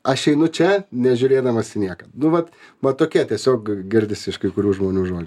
aš einu čia nežiūrėdamas į nieką nu vat va tokie tiesiog girdisi iš kai kurių žmonių žodžiai